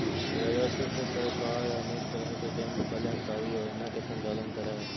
राजस्व से सरकार अनेक तरह के जन कल्याणकारी योजना के संचालन करऽ हई